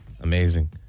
Amazing